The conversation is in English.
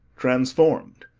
transformed,